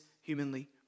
humanly